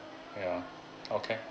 ya okay